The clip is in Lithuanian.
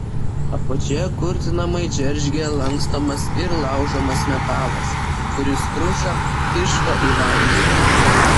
apačioje kurtinamai džeržgė lankstomas ir laužomas metalas kuris kruša tiško į vandenį